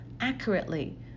accurately